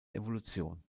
evolution